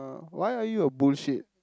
why are you a bullshit